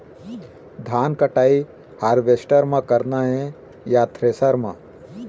धान कटाई हारवेस्टर म करना ये या थ्रेसर म?